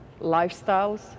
lifestyles